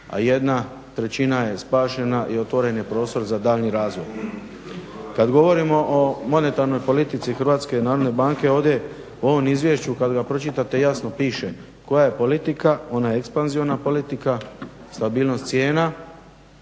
a 1/3 je spašena i otvoren je prostor za daljnji razvoj. Kada govorimo o monetarnoj politici HNB-a ovdje u ovom izvješću kada ga pročitate jasno piše koja je politika ona ekspanzivna politika, stabilnost cijena